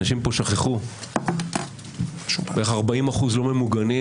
אנשים פה שכחו שבערך 40% לא ממוגנים,